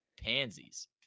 pansies